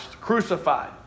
crucified